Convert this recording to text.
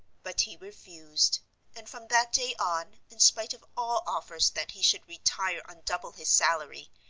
but he refused and from that day on, in spite of all offers that he should retire on double his salary,